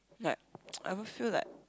like I have a feel like